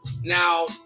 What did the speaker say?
now